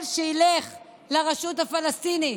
שילך לרשות הפלסטינית,